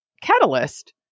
catalyst